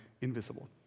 invisible